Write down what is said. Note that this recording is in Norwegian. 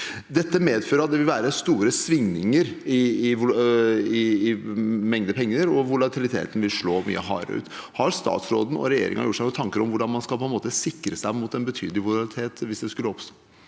Dette medfører at det vil være store svingninger i mengden penger, og at volatiliteten vil slå mye hardere ut. Har statsråden og regjeringen gjort seg noen tanker om hvordan man skal sikre seg mot en betydelig volatilitet, hvis det skulle oppstå?